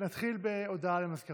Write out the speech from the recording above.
זה יכול